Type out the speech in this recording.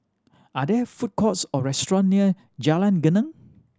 are there food courts or restaurant near Jalan Geneng